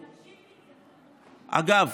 אגב,